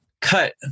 cut